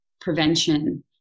prevention